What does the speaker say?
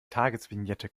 tagesvignette